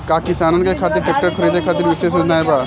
का किसानन के खातिर ट्रैक्टर खरीदे खातिर विशेष योजनाएं बा?